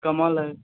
कमल अय